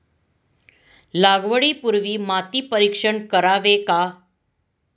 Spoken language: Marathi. लागवडी पूर्वी माती परीक्षण करावे का?